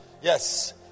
Yes